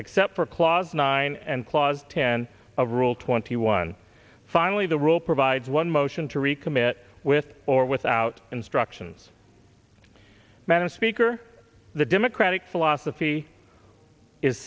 except for clause nine and clause ten of rule twenty one finally the rule provides one motion to recommit with or without instructions madam speaker the democratic philosophy is